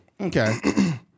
okay